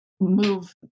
move